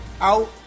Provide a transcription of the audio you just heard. out